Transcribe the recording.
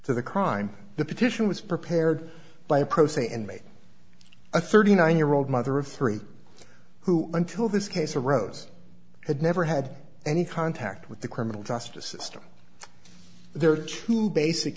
to the crime the petition was prepared by a pro se and made a thirty nine year old mother of three who until this case arose had never had any contact with the criminal justice system there are two basic